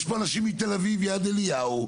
יש פה אנשים מתל אביב יד אליהו,